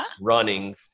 running